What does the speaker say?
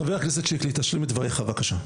חבר הכנסת שיקלי, תשלים את דבריך בבקשה.